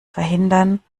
verhindern